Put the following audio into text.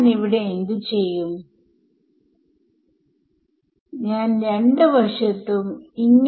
താഴെക്കാണുന്ന രൂപത്തിൽ ഞാൻ ഇത് എഴുതാൻ പോവുകയാണ്